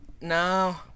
No